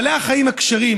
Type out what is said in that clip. בעלי החיים הכשרים,